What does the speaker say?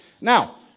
Now